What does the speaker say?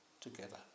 together